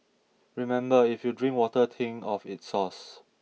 remember if you drink water think of its source